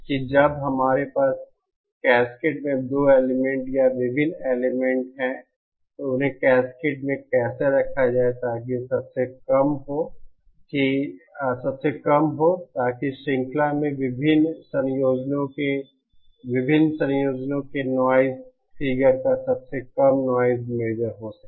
कि जब हमारे पास कैस्केड में 2 एलिमेंट या विभिन्न एलिमेंट हैं तो उन्हें कैस्केड में कैसे रखा जाए ताकि सबसे कम हो ताकि श्रृंखला में विभिन्न संयोजनों के विभिन्न संयोजनों के नॉइज़ फिगर का सबसे कम नॉइज़ मेजर हो सके